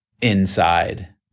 inside